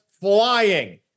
flying